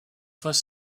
fois